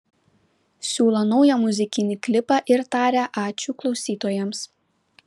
siūlo naują muzikinį klipą ir taria ačiū klausytojams